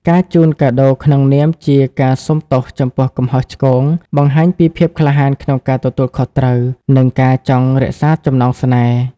ការជូនកាដូក្នុងនាមជាការសុំទោសចំពោះកំហុសឆ្គង បង្ហាញពីភាពក្លាហានក្នុងការទទួលខុសត្រូវ និងការចង់រក្សាចំណងស្នេហ៍។